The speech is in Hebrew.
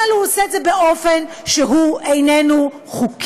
אבל הוא עושה את זה באופן שאיננו חוקי,